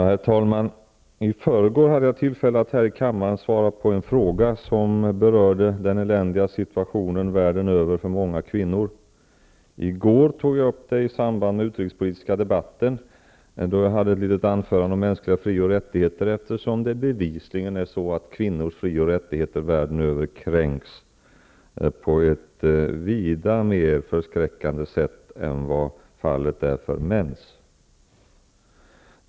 Herr talman! I förrgår hade jag tillfälle att här i kammaren svara på en fråga som berörde den eländiga situationen världen över för många kvinnor. I går tog jag upp det i samband med utrikespolitiska debatten då jag höll ett litet anförande om mänskliga fri och rättigheter, eftersom det bevisligen är så att kvinnors fri och rättigheter världen över kränks på ett vida mer förskräckande sätt än vad fallet är för mäns.